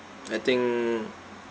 I think